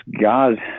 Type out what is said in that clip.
God